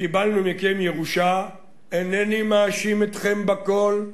קיבלנו מכם ירושה, אינני מאשים אתכם בכול,